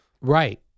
Right